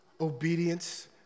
obedience